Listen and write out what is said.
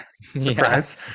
Surprise